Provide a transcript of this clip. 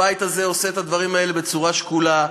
הבית הזה עושה את הדברים האלה בצורה שקולה.